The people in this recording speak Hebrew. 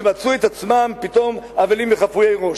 ומצאו את עצמם פתאום אבלים וחפויי ראש.